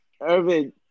Irvin